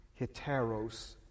heteros